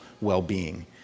well-being